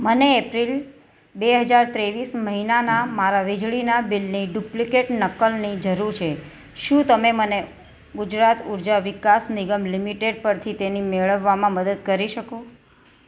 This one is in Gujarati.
મને એપ્રિલ બે હજાર ત્રેવીસ મહિનાનાં મારાં વીજળીનાં બિલની ડુપ્લિકેટ નકલની જરૂર છે શું તમે મને ગુજરાત ઊર્જા વિકાસ નિગમ લિમિટેડ પરથી તેને મેળવવામાં મદદ કરી શકો